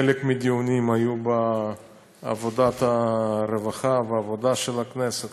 חלק מהדיונים היו בוועדת העבודה והרווחה של הכנסת,